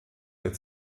der